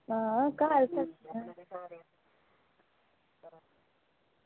आं घर ते